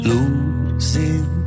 Losing